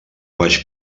vaig